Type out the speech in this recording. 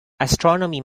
astronomy